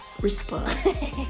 response